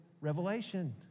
revelation